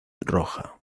roja